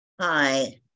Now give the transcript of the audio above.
Hi